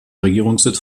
regierungssitz